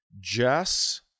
Jess